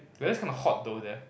weather's kind of hot though there